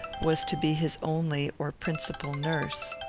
was to be his only or principal nurse.